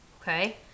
okay